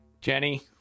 Jenny